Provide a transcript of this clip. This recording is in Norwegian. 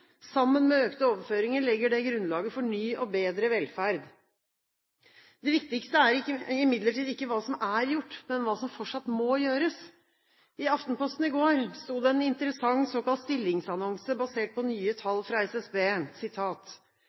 Sammen med økte overføringer legger det grunnlaget for ny og bedre velferd. Det viktigste er imidlertid ikke hva som er gjort, men hva som fortsatt må gjøres. I Aftenposten i går sto det en interessant «stillingsannonse» basert på nye tall fra SSB: